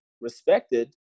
respected